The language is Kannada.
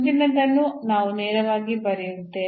ಮುಂದಿನದನ್ನು ನಾವು ನೇರವಾಗಿ ಬರೆಯುತ್ತೇವೆ